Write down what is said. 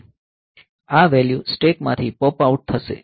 આ value stack માંથી pop out થશે